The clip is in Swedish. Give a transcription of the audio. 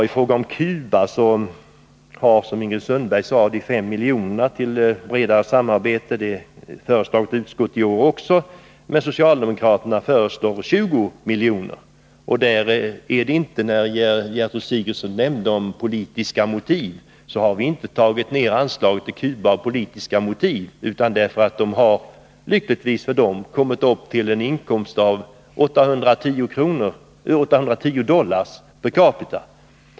I fråga om Cuba har, som Ingrid Sundberg sade, 5 miljoner till bredare samarbete föreslagits i utskottet också i år, men socialdemokraterna föreslår 20 milj.kr. Gertrud Sigurdsen nämnde politiska motiv, men jag vill framhålla att vi inte minskat anslaget till Cuba av sådana motiv utan därför att man där, vilket är bra för det landet, har kommit upp i en inkomst av 810 dollar per capita.